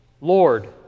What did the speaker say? Lord